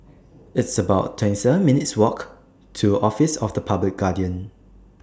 It's about twenty seven minutes' Walk to Office of The Public Guardian